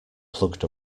plugged